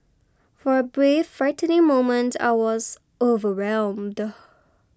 for a brief frightening moment I was overwhelmed